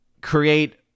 create